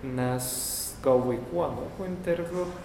nes vaikų anūkų interviu